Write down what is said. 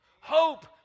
hope